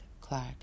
Clark